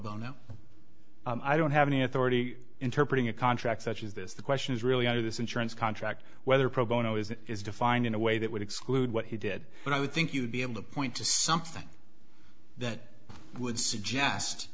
bono i don't have any authority interpret in a contract such as this the question is really out of this insurance contract whether pro bono is it is defined in a way that would exclude what he did but i would think you'd be able to point to something that would